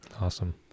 Awesome